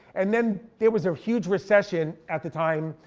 and then there was a huge recession at the time,